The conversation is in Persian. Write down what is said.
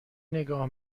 نگاه